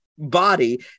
body